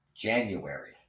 January